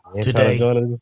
today